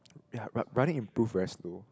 ya but running improve very slow